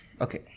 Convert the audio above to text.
okay